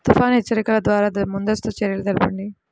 తుఫాను హెచ్చరికల ద్వార ముందస్తు చర్యలు తెలపండి?